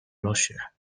losie